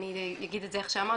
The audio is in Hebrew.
אני אגיד את זה איך שאמרת,